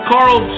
Carl